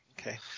Okay